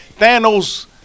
Thanos